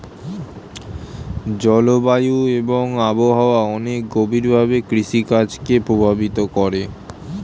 জলবায়ু এবং আবহাওয়া অনেক গভীরভাবে কৃষিকাজ কে প্রভাবিত করে